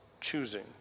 choosing